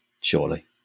surely